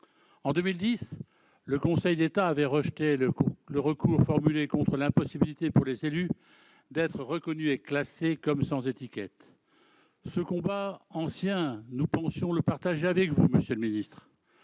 En 2010, le Conseil d'État avait rejeté le recours formulé contre l'impossibilité pour les élus d'être reconnus et classés « sans étiquette ». Ce combat ancien, nous pensions le partager avec vous, monsieur le ministre.